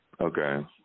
Okay